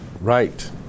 right